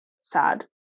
sad